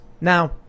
Now